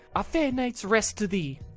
a fayre night's rest to thee.